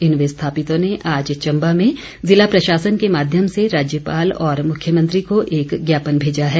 इन विस्थापितों ने आज चम्बा में जिला प्रशासन के माध्यम से राज्यपाल और मुख्यमंत्री को एक ज्ञापन भेजा है